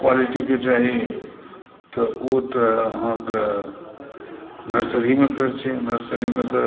क्वालिटीके चाही तऽ ओ तऽ अहाँकेँ नर्सरीमे फेर छै नर्सरीमे तऽ